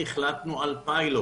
בשל הסיבות שמניתי החלטנו על פיילוט.